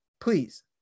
please